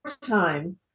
time